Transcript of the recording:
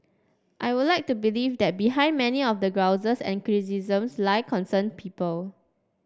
I would like to believe that behind many of the grouses and criticisms lie concerned people